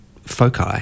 foci